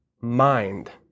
mind